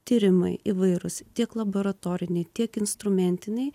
tyrimai įvairūs tiek laboratoriniai tiek instrumentiniai